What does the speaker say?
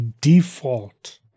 default